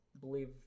believe